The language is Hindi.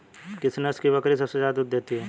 किस नस्ल की बकरी सबसे ज्यादा दूध देती है?